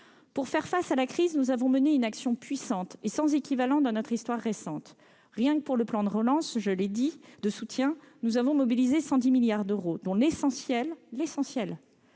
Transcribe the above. Pour faire face à la crise, nous avons mené une action puissante et sans équivalent dans notre histoire récente. Rien que pour le plan de soutien, nous avons mobilisé 110 milliards d'euros, dont l'essentiel est